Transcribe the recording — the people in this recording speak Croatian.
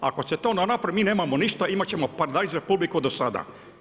Ako se to ne napravi mi nemamo ništa, imat ćemo paradajz republiku do sada.